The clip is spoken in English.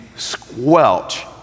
squelch